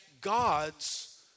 God's